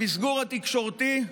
המסגור התקשורתי,